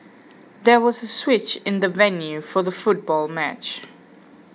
there was a switch in the venue for the football match